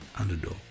Underdog